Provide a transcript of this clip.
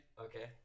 Okay